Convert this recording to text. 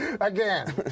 again